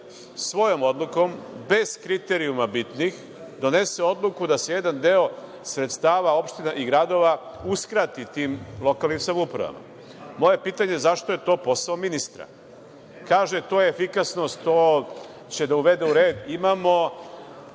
svojom odlukom, bez kriterijuma, bi da donese odluku da se jedan deo sredstava opština i gradova uskrati tim lokalnim samoupravama. Moje pitanje - zašto je to posao ministra? Kaže, to je efikasnost, to će da dovede u red, imamo